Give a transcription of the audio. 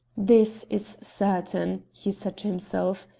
this is certain, he said to himself.